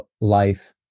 life